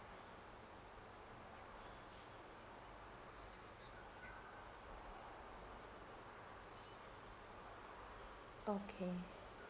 okay